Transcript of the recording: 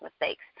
mistakes